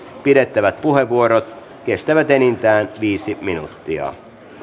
pidettävät puheenvuorot kestävät enintään viisi minuuttia